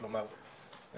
כלומר,